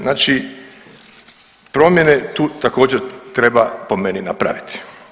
Znači promjene tu također treba po meni napraviti.